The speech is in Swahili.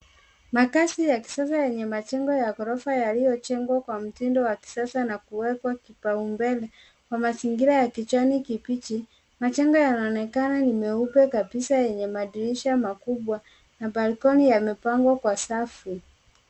Makazi ya kisasa yenye majengo ya ghorofa yaliyojengwa kwa mtindo wa kisasa na kuwekwa kipaumbele wa mazingira ya kijani kibichi. Majengo yanaonekana ni meupe kabisa yenye madirisha makubwa na balkoni yamepangwa kwa safu.